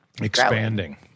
Expanding